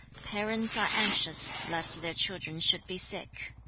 parents are anxious lest their children should be sick